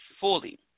fully